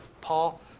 Paul